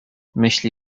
myśli